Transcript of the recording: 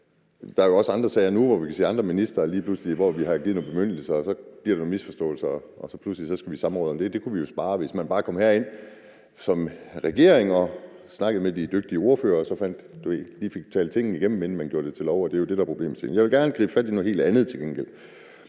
der er jo også andre sager. Nu kan vi se, at der er andre ministre, som vi har givet nogle bemyndigelser, og hvor der sker nogle misforståelser, og så skal vi pludselig i samråd om det. Det kunne vi jo spares for, hvis man bare kom herind som regering og snakkede med de dygtige ordførere, så man fik talt tingene igennem, inden man gjorde det til lov. Det er jo det, der er problemet. Jeg vil til gengæld gerne gribe fat i noget helt andet. Det